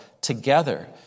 together